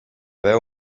veu